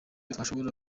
twashobora